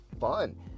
fun